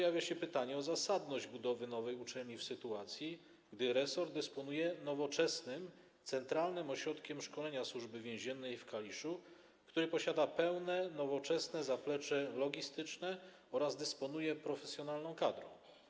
Nasuwa się pytanie o zasadność budowy nowej uczelni w sytuacji, gdy resort dysponuje nowoczesnym Centralnym Ośrodkiem Szkolenia Służby Więziennej w Kaliszu, który posiada pełne, nowoczesne zaplecze logistyczne oraz dysponuje profesjonalną kadrą.